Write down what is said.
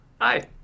Hi